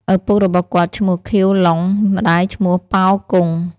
ឪពុក របស់គាត់ ឈ្មោះ ខៀវ ឡុង ម្តាយឈ្មោះ ប៉ោ គង់ ។